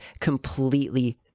completely